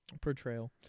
Portrayal